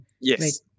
Yes